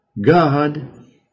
God